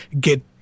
get